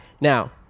Now